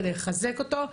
כדי לחזק אותו,